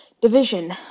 division